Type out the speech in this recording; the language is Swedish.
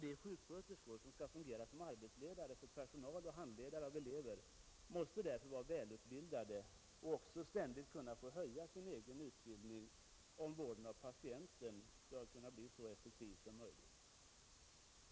De sjuksköterskor som skall fungera som arbetsledare för personal och handledare av elever måste därför vara välutbildade och också ständigt kunna få höja sin egen utbildning, om vården av patienten skall kunna bli så effektiv som möjligt.